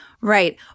Right